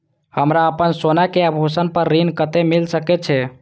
हमरा अपन सोना के आभूषण पर ऋण कते मिल सके छे?